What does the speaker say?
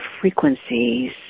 frequencies